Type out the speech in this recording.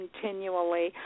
continually